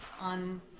on